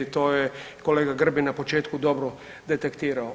To je kolega Grbin na početku dobro detektirao.